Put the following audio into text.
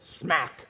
smack